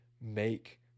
make